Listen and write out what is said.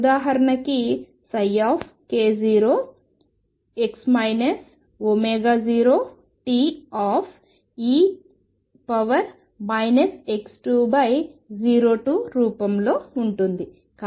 ఉదాహరణకు Sink0x 0t e x22 రూపంలో ఉంటుంది